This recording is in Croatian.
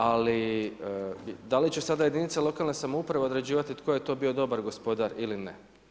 Ali da li će sada jedinice lokalne samouprave određivati tko je to bio dobar gospodar ili ne?